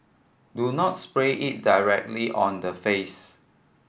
do not spray it directly on the face